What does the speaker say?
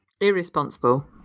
Irresponsible